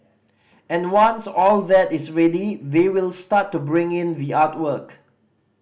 and once all that is ready they will start to bring in the artwork